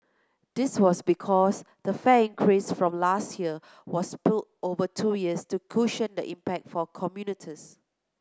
this was because the fare increase from last year was split over two years to cushion the impact for commuters